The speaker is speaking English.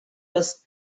was